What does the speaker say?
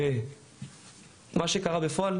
מה שקרה בפועל,